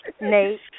Nate